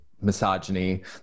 misogyny